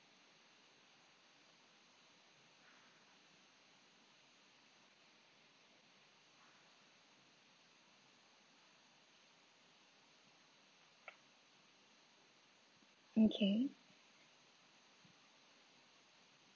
okay